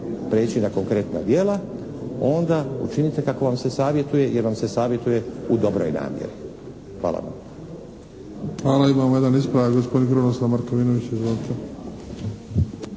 prijeći na konkretna djela onda učinite kako vam se savjetuje jer vam se savjetuje u dobroj namjeri. Hvala vam. **Bebić, Luka (HDZ)** Hvala. Imamo jedan ispravak. Gospodin Krunoslav Markovinović. Izvolite.